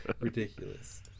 ridiculous